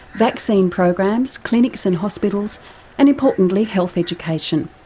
vaccine programs, clinics and hospitals and importantly health education.